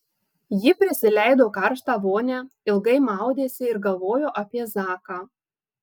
ji prisileido karštą vonią ilgai maudėsi ir galvojo apie zaką